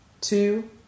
two